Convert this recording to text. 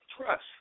Trust